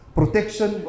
protection